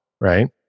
right